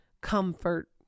comfort